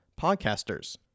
podcasters